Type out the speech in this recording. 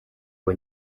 ngo